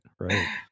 Right